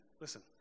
listen